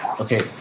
okay